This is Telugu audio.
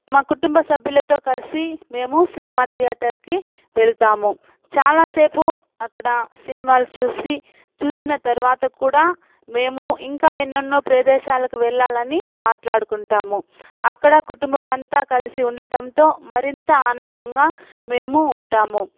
మా కుటుంబ సభ్యులతో కలిసి మేము సినిమా థియేటర్కి వెళ్తాము చాలాసేపు అక్కడ సినిమాలు చూసి చూసిన తర్వాత కూడా మేము ఇంకా ఎన్నెన్నో ప్రదేశాలకు వెళ్లాలని మాట్లాడుకుంటాము అక్కడ కుటుంబం అంతా కలిసి ఉండటంతో మరింత ఆనందంగా మేము ఉంటాము